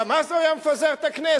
גם אז הוא היה מפזר את הכנסת?